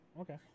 okay